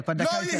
זה כבר דקה יותר.